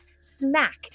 smack